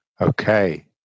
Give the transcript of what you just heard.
Okay